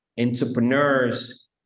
entrepreneurs